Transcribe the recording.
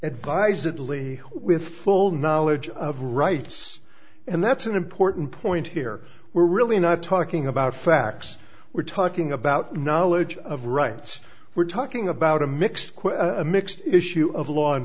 advisedly with full knowledge of rights and that's an important point here we're really not talking about facts we're talking about knowledge of rights we're talking about a mixed a mixed issue of law in